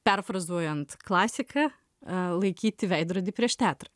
perfrazuojant klasiką laikyti veidrodį prieš teatrą